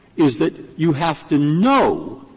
is that you have to know